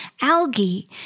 algae